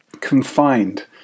confined